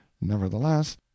nevertheless